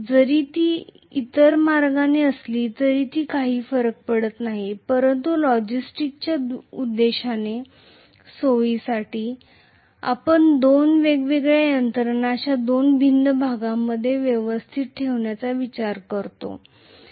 जरी ती इतर मार्गाने असली तरीही ती काही फरक पडत नाही परंतु लॉजिस्टिक्सच्या उद्देशाने सोयीसाठी आपण दोन वेगवेगळ्या यंत्रणा अशा दोन भिन्न भागांमध्ये व्यवस्थित ठेवण्याचा विचार करतो